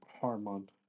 Harmon